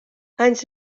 anys